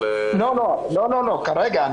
לא, לא, כרגע.